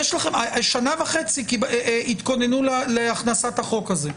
שנה וחצי התכוננו להכנסת החוק הזה.